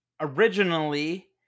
originally